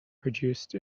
produced